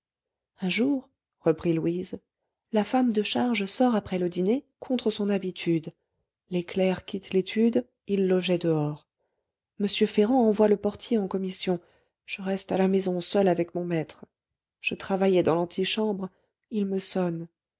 un jour reprit louise la femme de charge sort après le dîner contre son habitude les clercs quittent l'étude ils logeaient dehors m ferrand envoie le portier en commission je reste à la maison seule avec mon maître je travaillais dans l'antichambre il me sonne